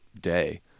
day